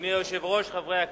אדוני היושב-ראש, חברי הכנסת,